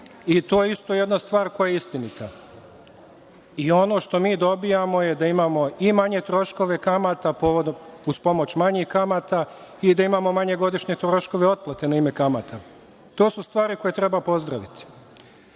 To je isto jedna stvar koja je istinita. Ono što mi dobijamo je da imamo i manje troškove kamata uz pomoć manjih kamata i da imamo manje godišnje troškove otplate na ime kamata. To su stvari koje treba pozdraviti.S